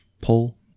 pull